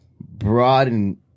broaden